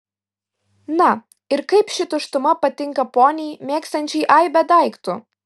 na ir kaip ši tuštuma patinka poniai mėgstančiai aibę daiktų